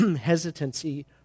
hesitancy